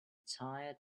tired